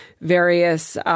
various